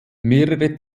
mehrere